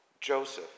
Joseph